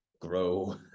grow